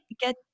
get